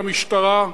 למשטרה,